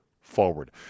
forward